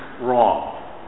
wrong